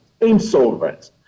insolvent